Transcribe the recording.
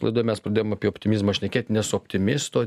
laidoj mes pradėjom apie optimizmą šnekėt nes optimisto